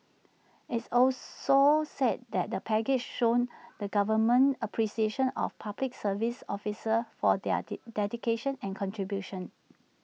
its also said the package shows the government's appreciation of Public Service officers for their D dedication and contribution